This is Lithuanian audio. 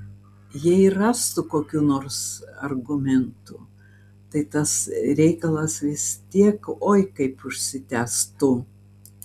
jei ir rastų kokių nors argumentų tai tas reikalas vis tiek oi kaip užsitęstų